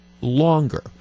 longer